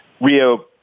Rio